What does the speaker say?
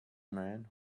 man